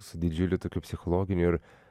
su didžiuliu tokiu psichologiniu ir